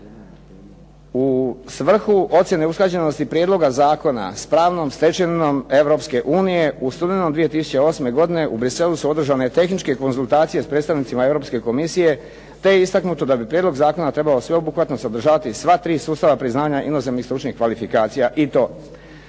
U svrhu ocjene usklađenosti prijedloga zakona s pravnom stečevinom Europske unije u studenom 2008. godine u Bruxellesu su održane tehničke konzultacije s predstavnicima Europske komisije, te je istaknuto da bi prijedlog zakona trebao sveobuhvatno sadržavati sva tri sustava priznanja inozemnih stručnih kvalifikacija i to: